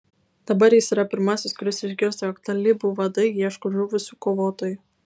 dabar jis yra pirmasis kuris išgirsta jog talibų vadai ieško žuvusių kovotojų